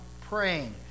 praying